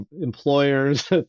employers